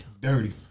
Dirty